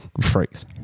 freaks